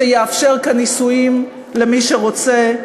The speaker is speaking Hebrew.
שיאפשר כאן נישואים למי שרוצה,